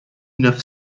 neuf